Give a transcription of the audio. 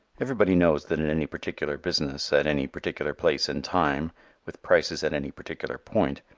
everybody knows that in any particular business at any particular place and time with prices at any particular point,